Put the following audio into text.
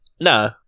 No